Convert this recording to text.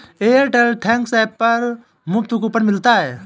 Airtel thanks app पर मुफ्त coupon मिलता है